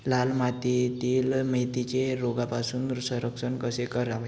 लाल मातीतील मेथीचे रोगापासून संरक्षण कसे करावे?